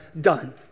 done